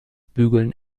bügeln